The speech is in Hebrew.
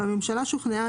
והממשלה שוכנעה,